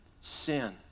sin